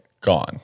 Gone